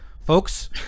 folks